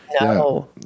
no